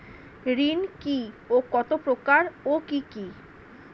ঋণ কি ও কত প্রকার ও কি কি?